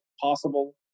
possible